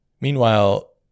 Meanwhile